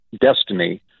Destiny